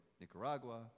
Nicaragua